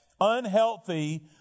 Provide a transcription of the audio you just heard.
unhealthy